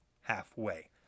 halfway